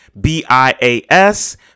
B-I-A-S